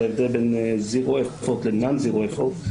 ההבדל בין zero effort ל-non zero effort,